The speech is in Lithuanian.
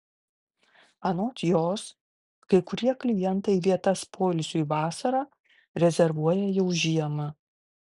anot jos kai kurie klientai vietas poilsiui vasarą rezervuoja jau žiemą